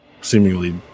seemingly